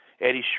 Eddie